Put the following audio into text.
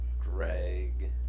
Greg